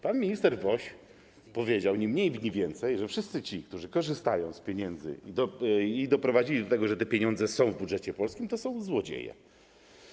Pan minister Woś powiedział ni mniej ni więcej: wszyscy ci, którzy korzystają z pieniędzy i doprowadzili do tego, że te pieniądze są w budżecie polskim, są złodziejami.